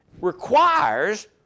requires